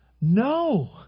No